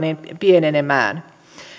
pienenemään